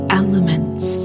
elements